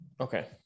Okay